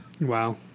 Wow